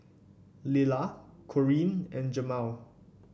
Lilla Corrine and Jamel